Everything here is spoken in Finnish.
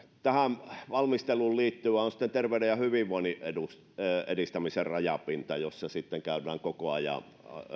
tähän valmisteluun liittyvä asia on sitten terveyden ja hyvinvoinnin edistämisen rajapinta jossa käydään koko ajan